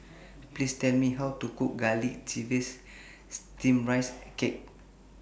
Please Tell Me How to Cook Garlic Chives Steamed Rice Cake